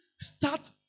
Start